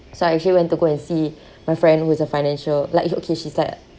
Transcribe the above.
so I actually went to go and see my friend who is a financial like uh okay she's like